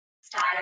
style